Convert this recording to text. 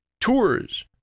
tours